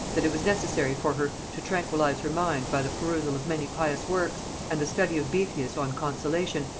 that it was necessary for her to tranquillize her mind by the perusal of many pious works, and the study of boethius on consolation,